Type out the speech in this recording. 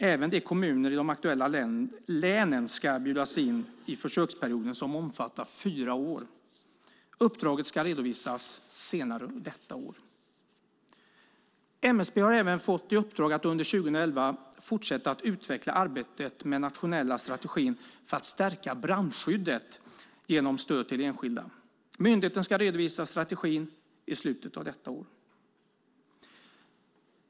Även kommunerna i de aktuella länen ska bjudas in under försöksperioden, som omfattar fyra år. Uppdraget ska redovisas senare under detta år. MSB har även fått i uppdrag att under 2011 fortsätta att utveckla arbetet med den nationella strategin för att stärka brandskyddet genom stöd till enskilda. Myndigheten ska redovisa strategin i slutet av detta år.